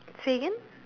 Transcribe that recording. say again